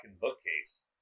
bookcase